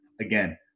Again